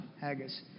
haggis